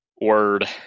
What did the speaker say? Word